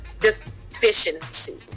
deficiency